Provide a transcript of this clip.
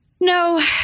No